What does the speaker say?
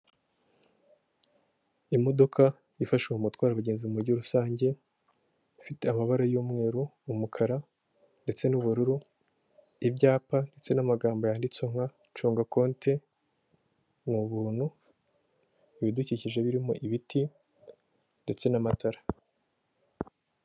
Imodoka yifashishwa mu gutwara abagenzi mu buryo rusange ifite amabara y'umweru, umukara ndetse n'ubururu, ibyapa ndetse n'amagambo yanditse nka cunga konte ni ubuntu, ibidukikije birimo ibiti ndetse n'amatara.